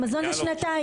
במזון זה שנתיים.